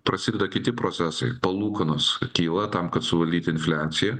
prasideda kiti procesai palūkanos kyla tam kad suvaldyt infliaciją